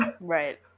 Right